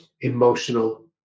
emotional